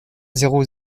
zéro